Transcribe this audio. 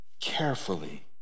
carefully